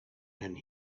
and